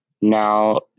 now